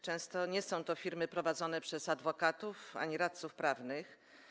Często nie są to firmy prowadzone przez adwokatów ani radców prawnych.